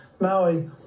Maui